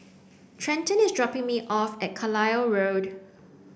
Trenten is dropping me off at Carlisle Road